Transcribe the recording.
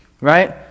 right